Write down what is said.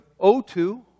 o2